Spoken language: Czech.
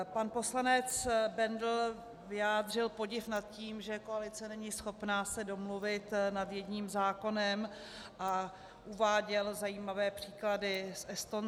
Pan poslanec Bendl vyjádřil podiv nad tím, že koalice není schopná se domluvit nad jedním zákonem, a uváděl zajímavé příklady z Estonska.